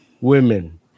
women